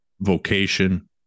vocation